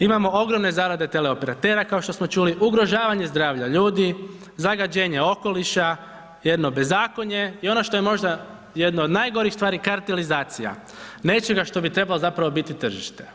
Imamo ogromne zarade teleoperatera kao što smo čuli, ugrožavanje zdravlja ljudi, zagađenje okoliša, jedno bezakonje i ono što je možda jedno od najgorih stvari, kartelizacija nečega što bi trebalo zapravo biti tržište.